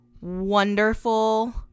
wonderful